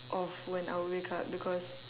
of when I wake up because